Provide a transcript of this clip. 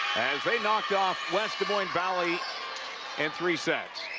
as they knocked off west des moines valley in three sets